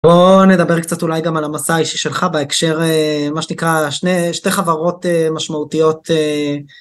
בואו נדבר קצת אולי גם על המסע האישי שלך בהקשר מה שנקרא שני, שתי חברות משמעותיות